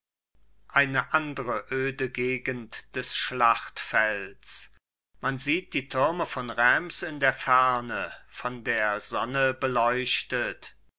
eine andre öde gegend des schlachtfelds man sieht die türme von reims in der ferne von der sonne beleuchtet